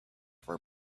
were